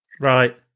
Right